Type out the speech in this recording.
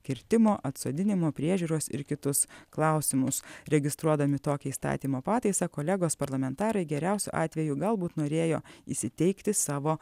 kirtimo atsodinimo priežiūros ir kitus klausimus registruodami tokią įstatymo pataisą kolegos parlamentarai geriausiu atveju galbūt norėjo įsiteikti savo